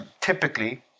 typically